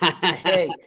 Hey